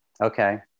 Okay